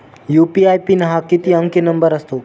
UPI pin हा किती अंकी नंबर असतो?